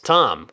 Tom